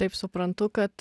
taip suprantu kad